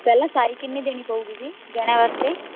ਪਹਿਲਾਂ ਸਾਈ ਕਿੰਨੀ ਦੇਣੀ ਪਊਗੀ ਜੀ ਗਹਿਣਿਆਂ ਵਾਸਤੇ